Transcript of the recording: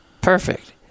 perfect